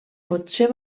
potser